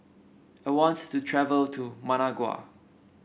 I want to travel to Managua